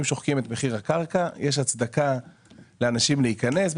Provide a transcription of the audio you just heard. אם שוחקים את מחיר הקרקע יש הצדקה לאנשים להיכנס.